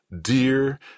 dear